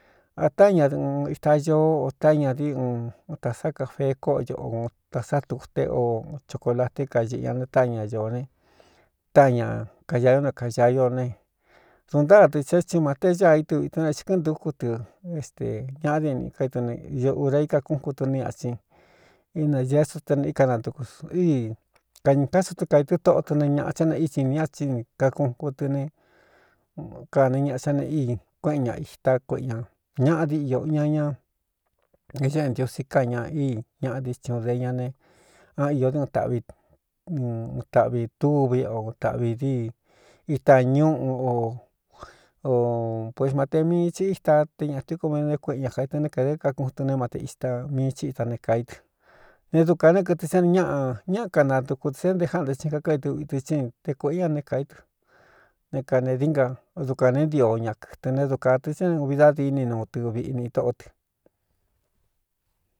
Atá ñan itañoó o tá ñadi uunn tāsá ka fee kóꞌo ñoꞌo o ta sá tuku te o choko la té kañiꞌɨ ña n tá ñañoó ne tá ña kañaió né kañaio ne duntáa dɨ sétsi māte ñáā itɨ uitɨn ne xɨkɨꞌɨn ntukú tɨ éstē ñaꞌa diꞌni kaitɨ ne ura ikakúnku tɨ nɨ atsin ina getu té neikanantuku tɨ ɨ kañi tásu tú́ kaitɨ́ tóꞌo tɨ ne ñāꞌa thá ne ítsin n ña tsi kakuku tɨ ne kani ñaꞌa sá ne íi kuéꞌen ña itá kueꞌe ñā ñaꞌa di iō ña ña ééꞌe ntiosi ká ña i ñaꞌa distiuun de ña ne án iō dɨ un tāꞌví n un taꞌvi túvi o tāꞌvi díi ita ñúꞌu o o puis mate mii tsi íta té ñaꞌatíku minté kuéꞌen ña kaitɨ né kēde kakuꞌun tɨ ne mate ita mii tsí ita ne kāí tɨ ne dukān né kɨtɨ sá ni ñaꞌa ñáꞌa kanantuku tɨ sé nte káꞌande tɨn kakáidɨ udɨ tsí te kuēꞌé ña né kāí tɨ né kane dií nga o dukān ne ntio ña kɨtɨn ne dukā tɨ sá n ūvi dádini nuu tɨɨviꞌini itóꞌó tɨ.